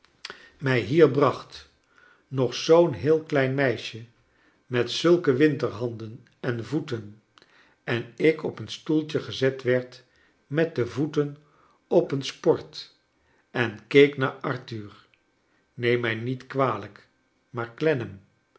mij hier bracht nog zoo'n heel klein meisje met zulke winterhanden en voeten en ik op een stoeltje gezet werd met de voeten op een sport en keek naar arthur neem mij niet kwalijk maar